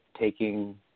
taking